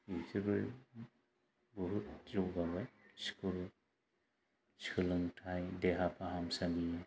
बिसोरबो बहुत जौगाबाय स्कुल सोलोंथाइ देहा फाहामसालि